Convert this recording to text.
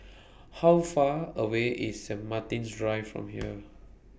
How Far away IS Saint Martin's Drive from here